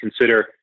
consider